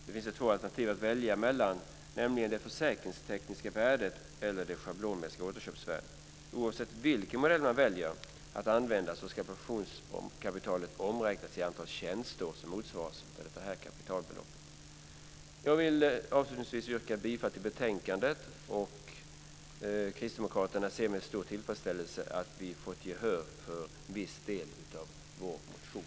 Nu finns det två alternativ att välja mellan, nämligen det försäkringstekniska värdet och det schablonmässiga återköpsvärdet. Oavsett vilken modell man väljer att använda ska pensionskapitalet omräknas till det antal tjänsteår som motsvarar detta kapitalbelopp. Jag yrkar avslutningsvis bifall till förslaget i betänkandet. Kristdemokraterna ser med stor tillfredsställelse att vi fått gehör för viss del av vår motion.